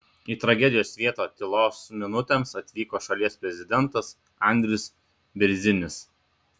į tragedijos vietą tylos minutėms atvyko šalies prezidentas andris bėrzinis